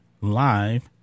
live